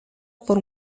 por